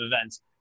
events